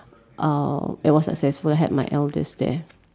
uh it was successful I had my eldest there